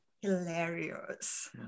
hilarious